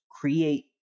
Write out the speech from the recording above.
create